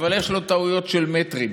אבל יש לו טעויות של מטרים,